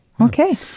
okay